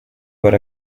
were